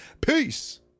Peace